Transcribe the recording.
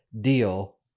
deal